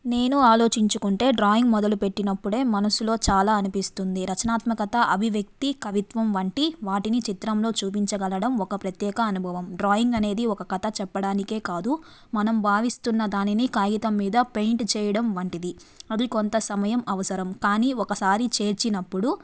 నేను ఆలోచించుకుంటే డ్రాయింగ్ మొదలుపెట్టినప్పుడే మనసులో చాలా అనిపిస్తుంది రచనాత్మకత అభివ్యక్తి కవిత్వం వంటి వాటిని చిత్రంలో చూపించగలగడం ఒక ప్రత్యేక అనుభవం డ్రాయింగ్ అనేది ఒక కథ చెప్పడానికే కాదు మనం భావిస్తున్న దానిని కాగితం మీద పెయింట్ చేయడం వంటిది అది కొంత సమయం అవసరం కానీ ఒకసారి చేర్చినప్పుడు